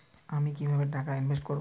আমি কিভাবে টাকা ইনভেস্ট করব?